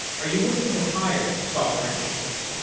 are you looking to hire software engineers?